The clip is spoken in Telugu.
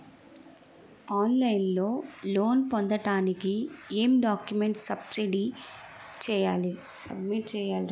ఆన్ లైన్ లో లోన్ పొందటానికి ఎం డాక్యుమెంట్స్ సబ్మిట్ చేయాలి?